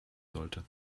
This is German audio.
sollte